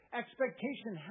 expectation